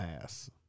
ass